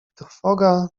trwoga